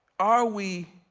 are we